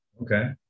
Okay